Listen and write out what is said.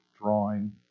drawing